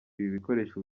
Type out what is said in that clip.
bikoresho